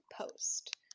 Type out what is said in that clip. post